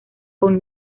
con